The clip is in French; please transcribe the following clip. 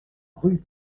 rue